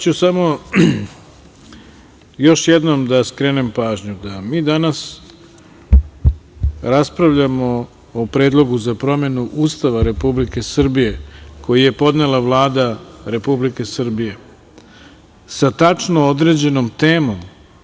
Samo još jednom da skrenem pažnju da mi danas raspravljamo o Predlogu za promenu Ustava Republike Srbije, koji je podnela Vlada Republike Srbije, sa tačno određenom temom.